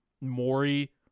Maury